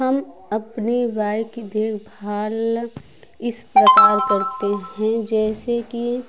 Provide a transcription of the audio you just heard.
हम अपनी बाइक की देखभाल इस प्रकार करते हें जैसे कि